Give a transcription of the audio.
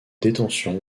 détention